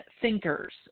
thinkers